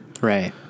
right